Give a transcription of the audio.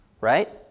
right